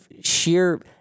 sheer